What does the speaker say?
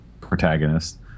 protagonist